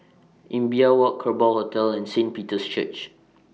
Imbiah Walk Kerbau Hotel and Saint Peter's Church